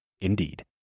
Indeed